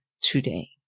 today